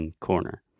corner